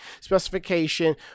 specification